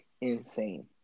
insane